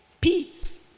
Peace